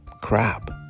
crap